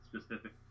specific